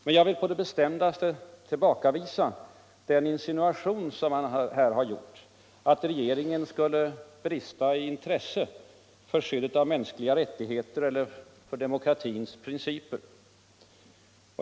Men jag vill på det bestämdaste tillbakavisa den insinuation som han här har gjort, att regeringen skulle brista I intresse för skyddet av mänskliga rätvigheter eller för demokratins principer.